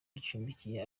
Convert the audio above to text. gicumbikiye